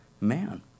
man